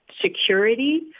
security